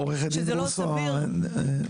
עורכת הדין רוסו המכובדת,